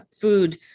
food